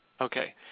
okay